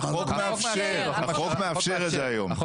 החוק מאפשר את זה היום.